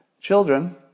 Children